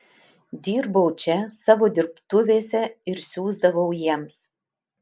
dirbau čia savo dirbtuvėse ir siųsdavau jiems